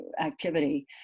Activity